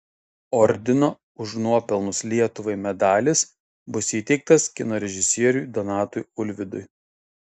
ordino už nuopelnus lietuvai medalis bus įteiktas kino režisieriui donatui ulvydui